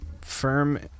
firm